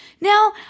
Now